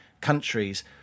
countries